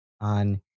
on